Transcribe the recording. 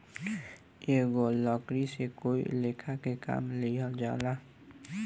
एकेगो लकड़ी से कई लेखा के काम लिहल जाला